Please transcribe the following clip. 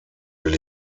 will